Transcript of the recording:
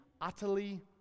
utterly